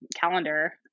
calendar